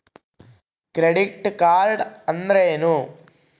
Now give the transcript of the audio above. Credit card ಅಂದ್ರೇನು?